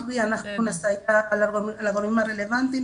אבל אנחנו נסייע לגורמים הרלוונטיים.